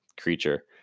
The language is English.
creature